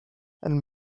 and